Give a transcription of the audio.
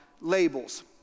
labels